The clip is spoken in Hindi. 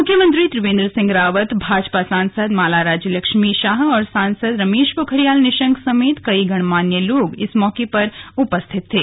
मुख्यमंत्री त्रिवेंद्र सिंह रावत भाजपा सांसद माला राज्यलक्ष्मी शाह और रमेश पोखरियाल निशंक समेत कई गणमान्य लोगों ने इस मौके पर उपस्थित थे